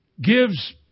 gives